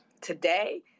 today